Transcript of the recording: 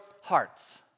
hearts